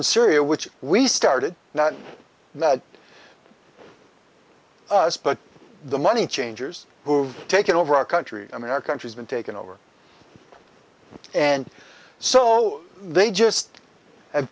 in syria which we started now that us but the money changers who've taken over our country i mean our country's been taken over and so they just